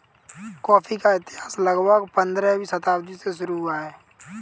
coffee का इतिहास लगभग पंद्रहवीं शताब्दी से शुरू हुआ है